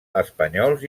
espanyols